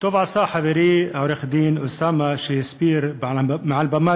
טוב עשה חברי עורך-הדין אוסאמה שהסביר מעל במה